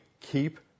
keep